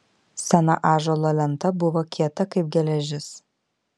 sena ąžuolo lenta buvo kieta kaip geležis